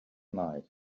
night